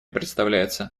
представляется